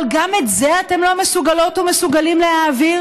אבל גם את זה אתם לא מסוגלות ומסוגלים להעביר?